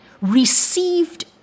received